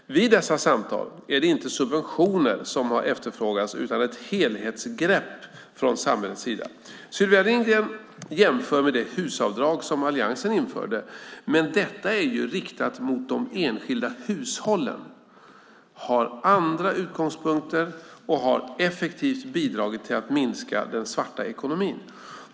Vid dessa samtal är det inte subventioner som har efterfrågats utan ett helhetsgrepp från samhällets sida. Sylvia Lindgren jämför med det HUS-avdrag som Alliansen införde, men detta är riktat mot de enskilda hushållen, har andra utgångspunkter och har effektivt bidragit till att minska den svarta ekonomin.